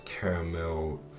caramel